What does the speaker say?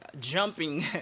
jumping